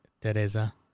Teresa